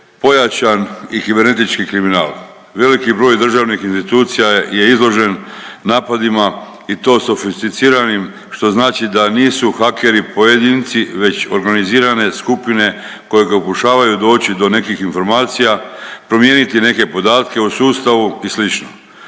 pojačan i kibernetički kriminal. Veliki broj državnih institucija je izložen napadima i to sofisticiranim što znači da nisu hakeri pojedinci već organizirane skupine koje pokušavaju doći do nekih informacija, promijeniti neke podatke u sustavu i